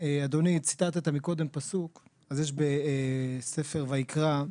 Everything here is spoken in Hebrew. אדוני, ציטטת מקודם פסוק, אז יש בספר ויקרא,